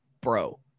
bro